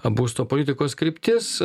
būsto politikos kryptis